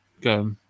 go